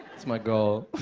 that's my goal.